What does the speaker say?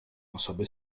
osoby